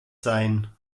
sein